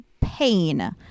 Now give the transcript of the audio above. pain